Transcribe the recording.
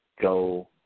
go